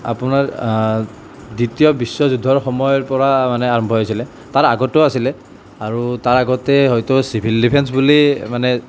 আপোনাৰ দ্বিতীয় বিশ্ব যুদ্ধৰ সময়ৰ পৰা মানে আৰম্ভ হৈছিলে তাৰ আগতো আছিলে আৰু তাৰ আগতে হয়তো চিভিল ডিফেন্স বুলি মানে